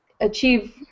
achieve